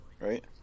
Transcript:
right